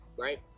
Right